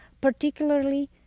particularly